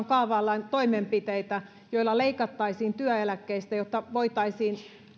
kaavaillaan toimenpiteitä joilla leikattaisiin työeläkkeistä jotta voitaisiin